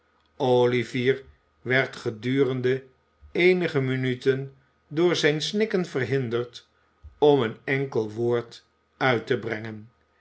olivier werd gedurende eenige minuten door zijn snikken verhinderd om een enkel woord uit te brengen